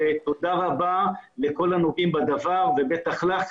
תודה רבה לכל הנוגעים בדבר ובטח לך,